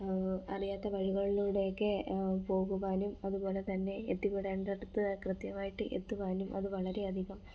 അറിയാത്ത വഴികളിലൂടെയൊക്കെ പോകുവാനും അത്പോലെ തന്നെ എത്തിപ്പെടേണ്ടടത്ത് കൃത്യമായിട്ട് എത്തുവാനും അത് വളരേയധികം